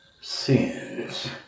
sins